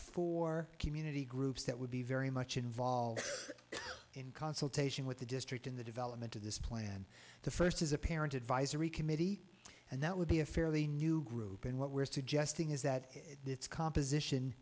for community groups that would be very much involved in consultation with the district in the development of this plan the first is a parent advisory committee and that would be a fairly new group and what we're suggesting is that its composition